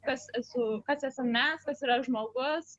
kas esu kas esam mes kas yra žmogus